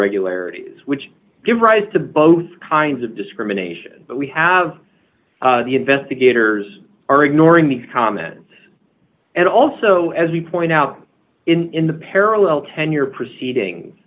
irregularities which give rise to both kinds of discrimination but we have the investigators are ignoring these comments and also as we point out in the parallel tenure proceedings